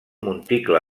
monticle